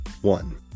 one